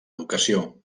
educació